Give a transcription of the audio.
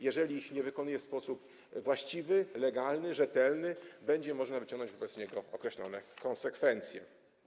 Jeżeli nie będzie wykonywał ich w sposób właściwy, legalny i rzetelny, będzie można wyciągnąć wobec niego określone konsekwencje.